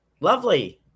lovely